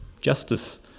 justice